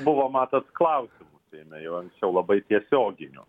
buvo matot klausimų seime jau anksčiau labai tiesioginių